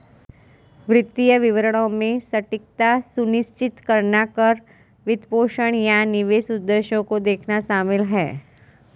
वित्तीय विवरणों में सटीकता सुनिश्चित करना कर, वित्तपोषण, या निवेश उद्देश्यों को देखना शामिल हैं